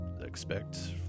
expect